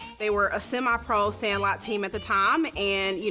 they were a semi-pro sandlot team at the time and, you